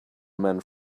men